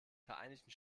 vereinigten